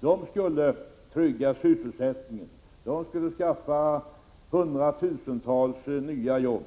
De skulle trygga sysselsättningen, de skulle skapa hundratusentals nya jobb.